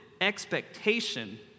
expectation